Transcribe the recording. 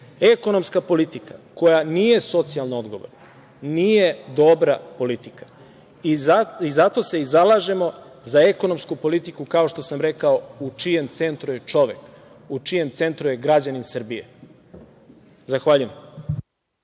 ekonomska politika koja nije socijalno odgovorna nije dobra politika i zato se i zalažemo za ekonomsku politiku, kao što sam rekao, u čijem centru je čovek, u čijem centru je građanin Srbije. Zahvaljujem.